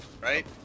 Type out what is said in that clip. Right